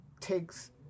takes